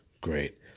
great